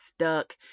stuck